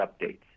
updates